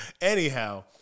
Anyhow